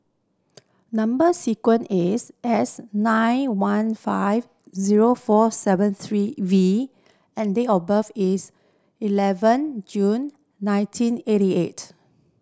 number sequence is S nine one five zero four seven three V and date of birth is eleven June ninteen eighty eight